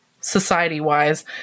society-wise